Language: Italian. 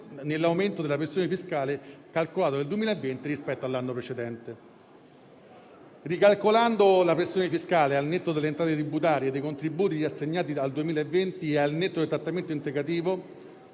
nell'aumento della pressione fiscale calcolato nel 2020 rispetto all'anno precedente. Ricalcolando la pressione fiscale al netto delle entrate tributarie e dei contributi riassegnati al 2020 e al netto del trattamento integrativo,